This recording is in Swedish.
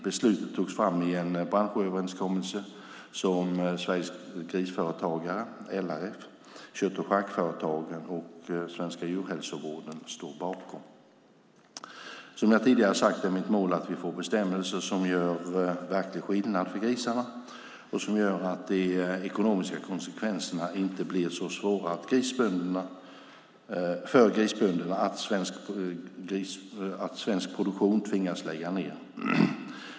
Beslutet togs i form av en branschöverenskommelse som Sveriges Grisföretagare, LRF, Kött och Charkföretagen och Svenska Djurhälsovården står bakom. Som jag tidigare sagt är mitt mål att vi får bestämmelser som gör verklig skillnad för grisarna och som gör att de ekonomiska konsekvenserna inte blir så svåra för grisbönderna att svensk produktion tvingas lägga ned.